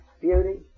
beauty